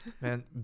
man